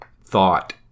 thought